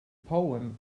poem